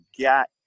got